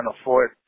afford